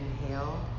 inhale